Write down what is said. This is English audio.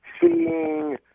seeing